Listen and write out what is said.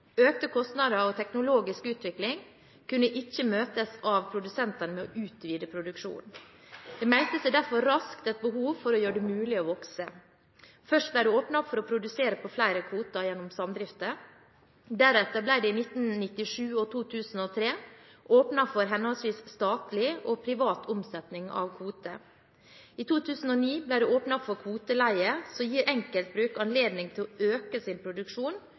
Økte kostnader og teknologisk utvikling kunne ikke møtes av produsentene med å utvide produksjonen. Det meldte seg derfor raskt et behov for å gjøre det mulig å vokse. Først ble det åpnet opp for å produsere på flere kvoter gjennom samdrifter. Deretter ble det i 1997 og 2003 åpnet opp for henholdsvis statlig og privat omsetning av kvote. I 2009 ble det åpnet opp for kvoteleie som gir enkeltbruk anledning til å øke sin produksjon